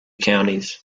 counties